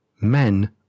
men